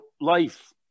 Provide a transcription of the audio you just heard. life